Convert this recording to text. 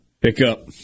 pickup